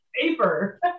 paper